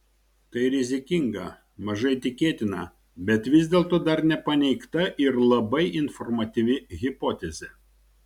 tai rizikinga mažai tikėtina bet vis dėlto dar nepaneigta ir labai informatyvi hipotezė